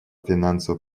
финансово